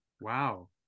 Wow